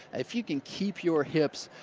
if you can keep your hips